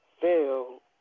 fell